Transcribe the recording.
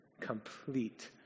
complete